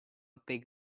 pig